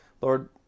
Lord